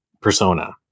Persona